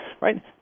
right